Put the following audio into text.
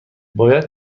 باید